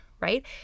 right